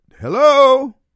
Hello